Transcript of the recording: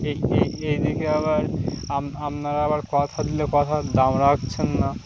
এই এই এই দিকে আবার আপনারা আবার কথা দিলে কথা দাম রাখছেন না